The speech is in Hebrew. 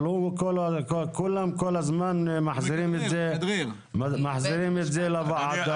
אבל כולם כל הזמן מחזירים את זה לוועדה.